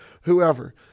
whoever